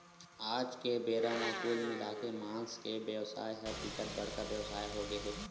आज के बेरा म कुल मिलाके के मांस के बेवसाय ह बिकट बड़का बेवसाय होगे हे